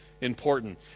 important